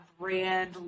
brand